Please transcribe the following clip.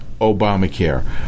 Obamacare